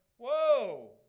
whoa